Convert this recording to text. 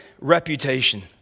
reputation